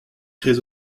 très